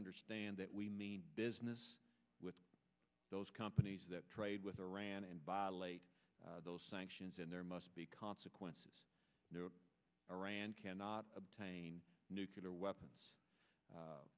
understand that we mean business with those companies that trade with iran and violate those sanctions and there must be consequences iran cannot obtain nuclear weapons